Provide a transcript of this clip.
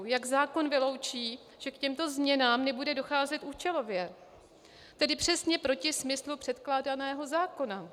Jak zákon vyloučí, že k těmto změnám nebude docházet účelově, tedy přesně proti smyslu předkládaného zákona?